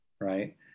right